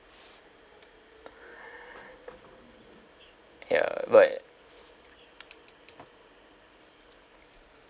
ya but